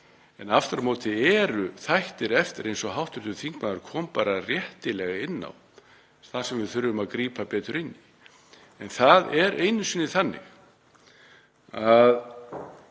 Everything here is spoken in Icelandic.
En aftur á móti eru þættir eftir, eins og hv. þingmaður kom réttilega inn á, þar sem við þurfum að grípa betur inn í. En það er einu sinni þannig að